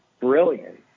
brilliant